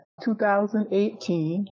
2018